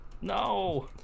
No